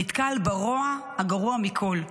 נתקל ברוע הגרוע מכול,